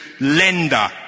lender